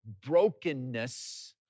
brokenness